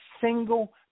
single